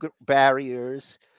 barriers